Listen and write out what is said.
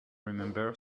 remember